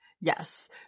Yes